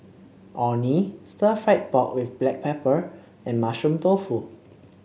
Orh Nee stir fry pork with Black Pepper and Mushroom Tofu